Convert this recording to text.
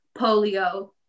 polio